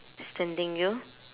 standing you